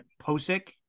Posick